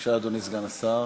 בבקשה, אדוני סגן השר.